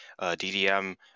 DDM